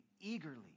eagerly